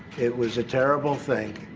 it was a terrible thing.